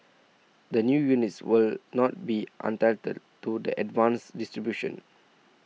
the new units will not be entitled to the advanced distribution